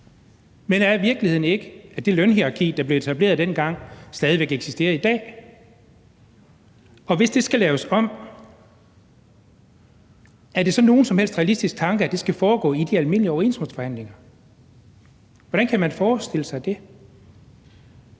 men er virkeligheden ikke, at det lønhierarki, der blev etableret dengang, stadig væk eksisterer i dag? Og hvis det skal laves om, er det så nogen som helst realistisk tanke, at det skal foregå i de almindelige overenskomstforhandlinger? Hvordan kan man forestille sig det?